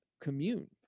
commune